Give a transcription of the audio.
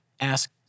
Ask